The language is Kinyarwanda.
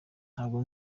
ntabwo